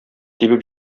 тибеп